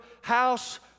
house